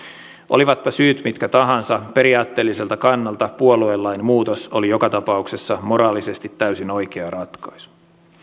olivatpa syyt mitkä tahansa periaatteelliselta kannalta puoluelain muutos oli joka tapauksessa moraalisesti täysin oikea ratkaisu